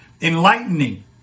enlightening